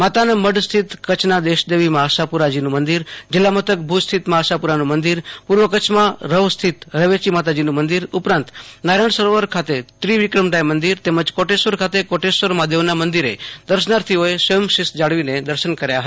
માતાના મઢ સ્થિત કચ્છના દેશ દેવી માં આશાપુરાજીનું મંદિર જીલ્લા મથક ભુજ સ્થિત માં આશાપુરાનું મંદિર પુર્વ કચ્છમાં રવ સ્થિત રવેચી માતાનું મંદિર ઉપરાંત નારાયણ સરોવર ખાતે ત્રિવિક્રમરાય મંદિર તેમજ કોટેશ્વર ખાતે કોટેશ્વર મહાદેવનું મંદિરે દર્શનાર્થીઓએ સ્વયં શિસ્ત જાળવીને દર્શન કર્યા હતા